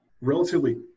relatively